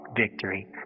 victory